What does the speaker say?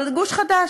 אבל זה גוש חדש,